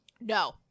No